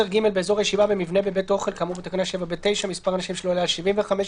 "יבוא "מספר אנשים שלא יעלה על יחס של אדם